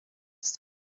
ist